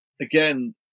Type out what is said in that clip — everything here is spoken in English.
again